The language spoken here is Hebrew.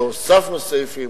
שהוספנו סעיפים,